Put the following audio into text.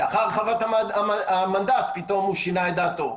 לאחר הרחבת המנדט פתאום הוא שינה את דעתו,